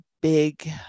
big